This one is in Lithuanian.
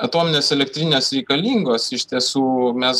atominės elektrinės reikalingos iš tiesų mes